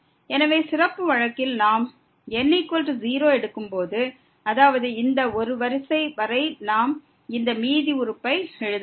எனவே சிறப்பு வழக்கில் நாம் n0 எடுக்கும் போது அதாவது இந்த ஒரு வரிசை வரை நாம் இந்த மீதி உறுப்பை எழுத வேண்டும்